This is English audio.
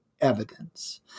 evidence